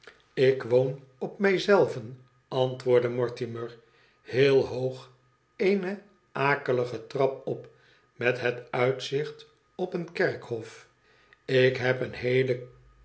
ik woon op mij zelven antwoordde mortimer heel hoog eene akelige trap op met het uitzicht op een kerkhof ik heb een heelen